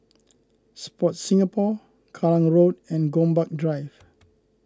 Sport Singapore Kallang Road and Gombak Drive